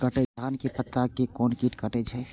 धान के पत्ता के कोन कीट कटे छे?